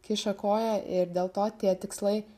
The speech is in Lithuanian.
kiša koją ir dėl to tie tikslai